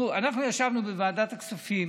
אנחנו ישבנו בוועדת הכספים